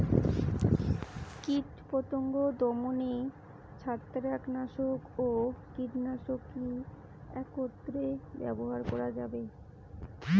কীটপতঙ্গ দমনে ছত্রাকনাশক ও কীটনাশক কী একত্রে ব্যবহার করা যাবে?